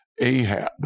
Ahab